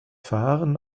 fahren